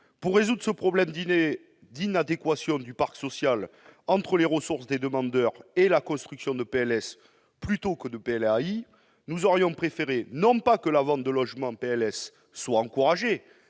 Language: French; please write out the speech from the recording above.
Pour résoudre ce problème d'inadéquation du parc social, du fait des ressources des demandeurs et de la construction de logements PLS plutôt que de logements PLAI, nous aurions préféré non que la vente de logement PLS soit encouragée,